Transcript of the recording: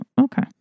okay